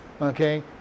Okay